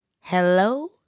Hello